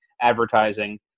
advertising